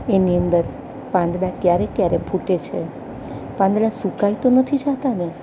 એની અંદર પાંદડા ક્યારે ક્યારે ફૂટે છે પાંદડા સુકાઈ તો નથી જાતાને